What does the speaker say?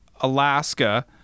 alaska